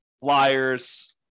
flyers